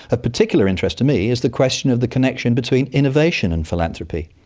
particular interest to me, is the question of the connection between innovation and philanthropy,